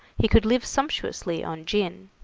he could live sumptuously on gin.